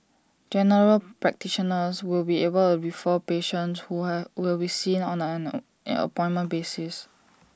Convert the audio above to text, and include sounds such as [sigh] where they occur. general practitioners will be able refer patients who I will be seen on an [unintelligible] appointment basis